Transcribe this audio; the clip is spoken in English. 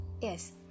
Yes